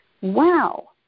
Wow